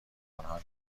آنها